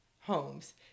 homes